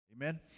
Amen